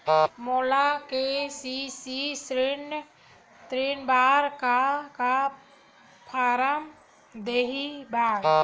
मोला के.सी.सी ऋण बर का का फारम दही बर?